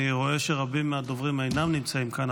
אני רואה שרבים מהדוברים אינם נמצאים כאן,